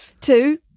Two